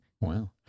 wow